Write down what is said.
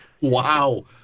Wow